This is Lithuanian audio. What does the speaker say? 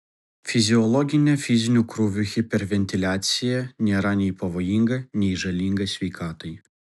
fiziologinė fizinių krūvių hiperventiliacija nėra nei pavojinga nei žalinga sveikatai